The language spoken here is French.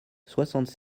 soixante